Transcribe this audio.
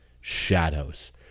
shadows